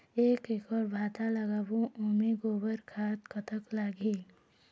एक एकड़ भांटा लगाबो ओमे गोबर खाद कतक लगही?